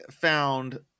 found